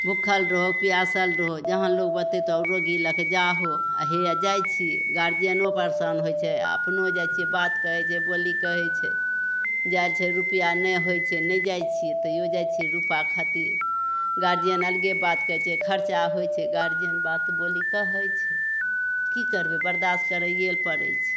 भुखल रहो पिआसल रहो जहाँ लोक बतेतऽ रोगी लैके जाहो हइए जाइ छिए गार्जिअनो परेशान होइ छै आओर अपनो जाइ छिए बात कहै छै बोली कहै छै जाइ छै रुपैआ नहि होइ छै नहि जाइ छिए तैओ जाइ छिए रुपा खातिर गार्जिअन अलगे बात कहै छै खरचा होइ छै गार्जिअन बात बोली कहै छै कि करबै बर्दास्त करैए ले पड़ै छै